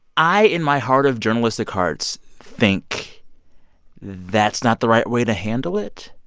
i, in my heart of journalistic hearts, think that's not the right way to handle it.